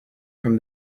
from